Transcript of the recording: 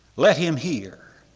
let him hear.